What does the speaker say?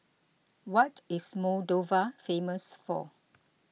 what is Moldova famous for